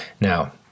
Now